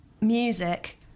music